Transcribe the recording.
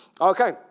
Okay